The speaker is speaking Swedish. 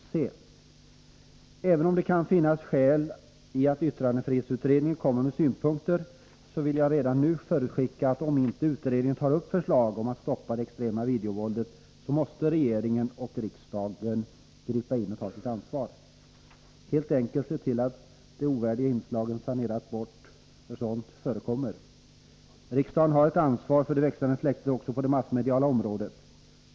filmer Även om det kan finnas skäl i att avvakta yttrandefrihetsutredningens synpunkter, vill jag redan nu förutskicka att om inte utredningen tar upp förslag om att stoppa det extrema videovåldet, så måste regeringen och riksdagen gripa in och ta sitt ansvar — helt enkelt se till att de ovärdiga inslagen saneras bort, för sådana förekommer. Riksdagen har ett ansvar för det växande släktet också på det massmediala området.